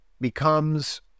becomes